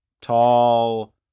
tall